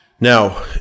Now